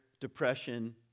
depression